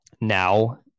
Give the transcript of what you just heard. now